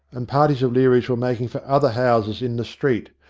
and parties of lcarys were making for other houses in the street,